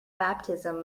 baptism